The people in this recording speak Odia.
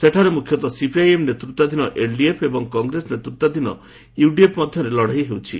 ସେଠାରେ ମୁଖ୍ୟତଃ ସିପିଆଇଏମ୍ ନେତୃତ୍ୱାଧୀନ ଏଲ୍ଡିଏଫ୍ ଏବଂ କଂଗ୍ରେସ ନେତୃତ୍ୱାଧୀନ ୟୁଡିଏଫ୍ ମଧ୍ୟରେ ଲଢ଼େଇ ହେଉଛି